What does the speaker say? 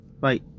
Bye